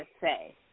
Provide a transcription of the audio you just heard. say